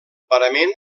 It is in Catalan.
parament